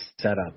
setup